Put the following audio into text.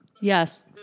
Yes